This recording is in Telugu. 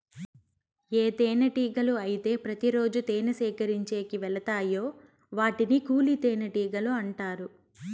ఏ తేనెటీగలు అయితే ప్రతి రోజు తేనె సేకరించేకి వెలతాయో వాటిని కూలి తేనెటీగలు అంటారు